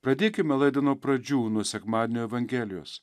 pradėkime laidą nuo pradžių nuo sekmadienio evangelijos